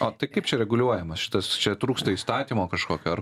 o tai kaip čia reguliuoja šitas čia trūksta įstatymo kažkokio ar